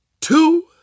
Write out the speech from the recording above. two